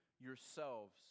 yourselves